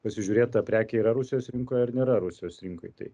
pasižiūrėt ta prekė yra rusijos rinkoj ar nėra rusijos rinkoj tai